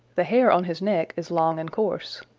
the hair on his neck is long and coarse.